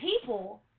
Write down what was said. People